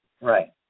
Right